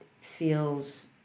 feels